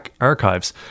archives